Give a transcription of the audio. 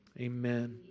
Amen